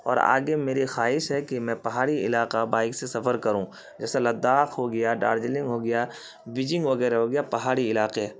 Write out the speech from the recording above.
اور آگے میری خواہش ہے کہ میں پہاڑی علاقہ بائک سے سفر کروں جیسے لداخ ہو گیا ڈارجلنگ ہو گیا بیجنگ وغیرہ ہو گیا پہاڑی علاقے